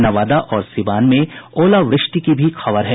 नवादा और सिवान में ओलावृष्टि की भी खबर है